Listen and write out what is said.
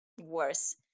worse